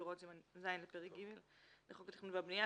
הוראות סימן ז' לפרק ג' לחוק התכנון והבנייה,